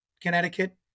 Connecticut